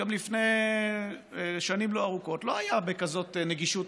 לפני שנים לא ארוכות לא היו מצלמות בכזאת נגישות,